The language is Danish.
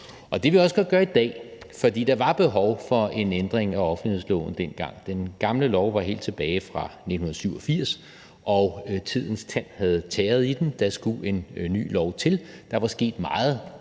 Det vil jeg også godt gøre i dag, for der var behov for en ændring af offentlighedsloven dengang. Den gamle lov var helt tilbage fra 1987, og tidens tand havde tæret i den. Det skulle en ny lov til. Der var sket meget.